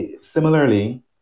Similarly